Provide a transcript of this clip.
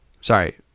Sorry